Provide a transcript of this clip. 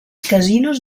casinos